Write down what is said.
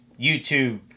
YouTube